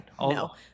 No